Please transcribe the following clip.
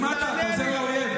למה אתה, אתה עוזר לאויב.